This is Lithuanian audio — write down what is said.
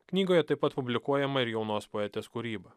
knygoje taip pat publikuojama ir jaunos poetės kūryba